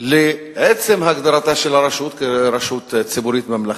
לעצם הגדרתה של הרשות כרשות ציבורית ממלכתית.